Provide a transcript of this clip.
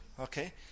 Okay